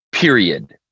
period